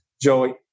Joey